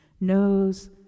knows